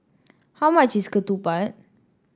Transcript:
how much is ketupat